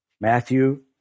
Matthew